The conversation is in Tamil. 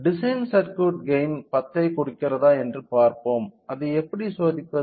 டிசைன் சர்க்யூட் கெய்ன் 10 ஐ கொடுக்கிறதா என்று பார்ப்போம் அதை எப்படி சோதிப்பது